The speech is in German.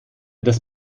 das